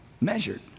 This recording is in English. measured